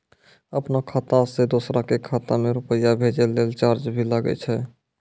आपनों खाता सें दोसरो के खाता मे रुपैया भेजै लेल चार्ज भी लागै छै?